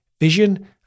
vision